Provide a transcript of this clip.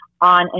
on